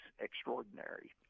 extraordinary